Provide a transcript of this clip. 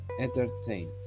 entertain